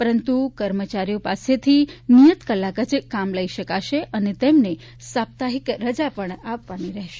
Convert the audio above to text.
પરંતુ કર્મચારીઓ પાસેથી નિયત કલાક જ કામ લઇ શકાશે અને તેમને સાપ્તાહિક રજા પણ આપવાની રહેશે